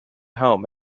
home